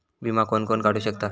विमा कोण कोण काढू शकता?